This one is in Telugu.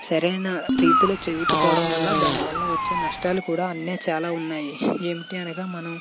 సరేనా రీతిలో చేయకపోవడం వల్ల దాని వల్ల వచ్చే నష్టాలు కూడా అన్నీ చాలా ఉన్నాయి ఏమిటి అనగా మనం